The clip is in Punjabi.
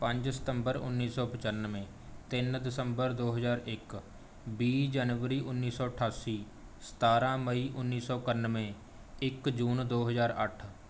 ਪੰਜ ਸਤੰਬਰ ਉੱਨੀ ਸੌ ਪਚਾਨਵੇਂ ਤਿੰਨ ਦਸੰਬਰ ਦੋ ਹਜ਼ਾਰ ਇੱਕ ਵੀਹ ਜਨਵਰੀ ਉੱਨੀ ਸੌ ਅਠਾਸੀ ਸਤਾਰਾਂ ਮਈ ਉੱਨੀ ਸੌ ਇਕਾਨਵੇਂ ਇੱਕ ਜੂਨ ਦੋ ਹਜ਼ਾਰ ਅੱਠ